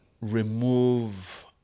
remove